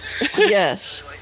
Yes